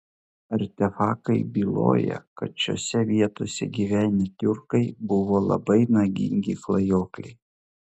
artefaktai byloja kad šiose vietose gyvenę tiurkai buvo labai nagingi klajokliai